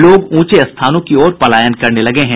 लोग ऊंचे स्थानों की ओर पलायन करने लगे हैं